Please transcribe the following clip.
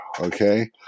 Okay